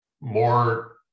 more